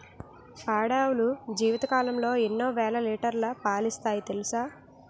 పాడి ఆవులు జీవితకాలంలో ఎన్నో వేల లీటర్లు పాలిస్తాయి తెలుసా